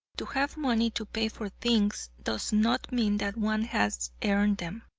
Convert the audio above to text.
to have money to pay for things does not mean that one has earned them.